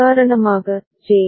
உதாரணமாக ஜே